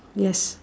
yes